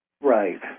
Right